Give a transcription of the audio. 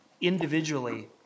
individually